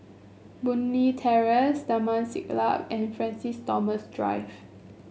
Boon Leat Terrace Taman Siglap and Francis Thomas Drive